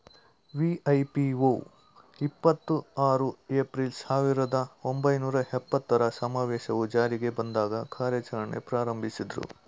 ವಿ.ಐ.ಪಿ.ಒ ಇಪ್ಪತ್ತು ಆರು ಏಪ್ರಿಲ್, ಸಾವಿರದ ಒಂಬೈನೂರ ಎಪ್ಪತ್ತರ ಸಮಾವೇಶವು ಜಾರಿಗೆ ಬಂದಾಗ ಕಾರ್ಯಾಚರಣೆ ಪ್ರಾರಂಭಿಸಿದ್ರು